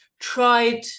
tried